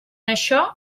això